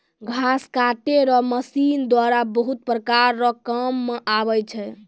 घास काटै रो मशीन द्वारा बहुत प्रकार रो काम मे आबै छै